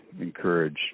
encourage